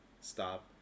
stop